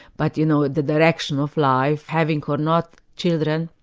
but you know, the direction of life, having or not children,